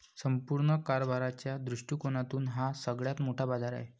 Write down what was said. संपूर्ण कारभाराच्या दृष्टिकोनातून हा सगळ्यात मोठा बाजार आहे